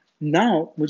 Now